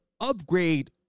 upgrade